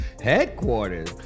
headquarters